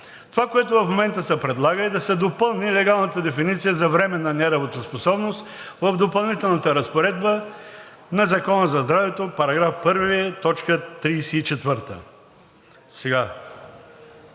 Това, което в момента се предлага, е да се допълни легалната дефиниция за „временна неработоспособност“ в Допълнителната разпоредба на Закона за здравето, § 1, т. 34.